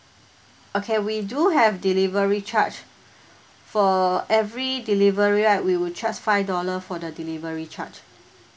okay we do have delivery charge for every delivery right we will charge five dollar for the delivery charge